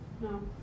no